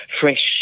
fresh